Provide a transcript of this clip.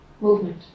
movement